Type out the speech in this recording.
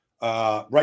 Right